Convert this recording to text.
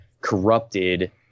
corrupted